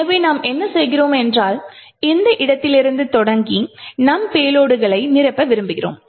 எனவே நாம் என்ன செய்கிறோம் என்றால் இந்த இடத்திலிருந்து தொடங்கி நம் பேலோடுகளை நிரப்ப விரும்புகிறோம்